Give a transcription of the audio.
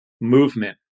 movement